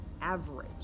average